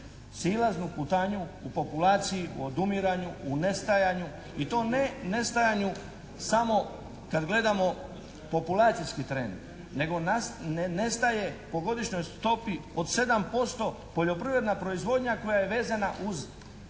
silaznu putanju u populaciji, u odumiranju, u nestajanju i to ne nestajanju samo kad gledamo populacijski trend nego nas nestaje po godišnjoj stopi od 7%, poljoprivredna proizvodnja koja je vezana uz seoski kraj.